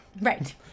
right